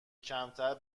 کمتر